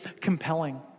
compelling